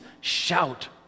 shout